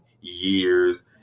years